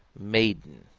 maiden,